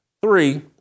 Three